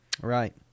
Right